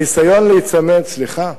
סליחה.